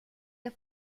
der